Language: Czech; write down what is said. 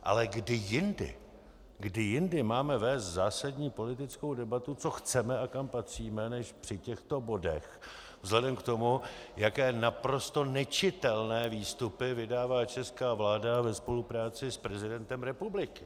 Ale kdy jindy, kdy jindy máme vést zásadní politickou debatu, co chceme a kam patříme, než při těchto bodech vzhledem k tomu, jaké naprosto nečitelné výstupy vydává česká vláda ve spolupráci s prezidentem republiky?